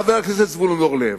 חבר הכנסת זבולון אורלב,